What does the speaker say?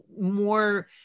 more